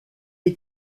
est